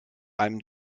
einem